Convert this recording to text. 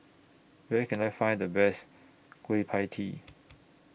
Where Can I Find The Best Kueh PIE Tee